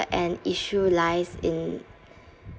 an issue lies in